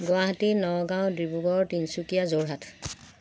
Guwahati Nagaon Dibrugarh Tinsukia Jorhat